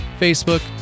Facebook